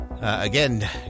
Again